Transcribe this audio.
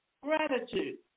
Gratitude